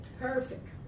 Perfect